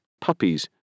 puppies